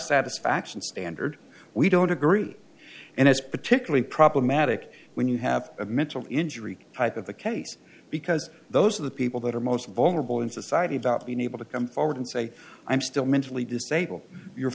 satisfaction standard we don't agree and it's particularly problematic when you have a mental injury type of the case because those are the people that are most vulnerable in society that been able to come forward and say i'm still mentally disabled you're